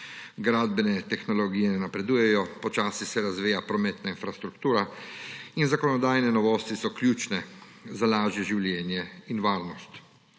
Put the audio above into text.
gradbene tehnologije napredujejo, počasi se razvija prometna infrastruktura in zakonodajne novosti so ključne za lažje življenje in varnost.